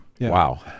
Wow